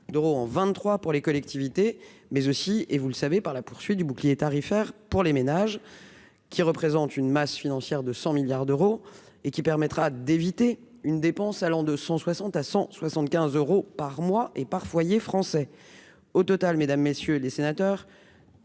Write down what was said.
d'euros en 23 pour les collectivités, mais aussi, et vous le savez, par la poursuite du bouclier tarifaire pour les ménages qui représentent une masse financière de 100 milliards d'euros et qui permettra d'éviter une dépense allant de 160 à 175 euros par mois et par foyer français au total, mesdames, messieurs les sénateurs,